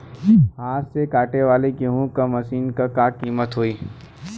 हाथ से कांटेवाली गेहूँ के मशीन क का कीमत होई?